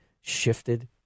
shifted